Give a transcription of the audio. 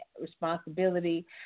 responsibility